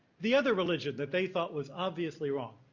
the other religion that they thought was obviously wrong